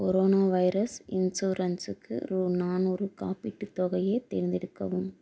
corona virus இன்சூரன்ஸுக்கு ரூ நானூறு காப்பீட்டுத் தொகையை தேர்ந்தெடுக்கவும்